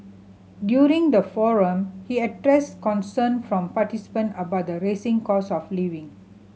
during the forum he addressed concern from participant about the rising cost of living